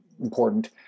important